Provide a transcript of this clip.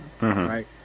right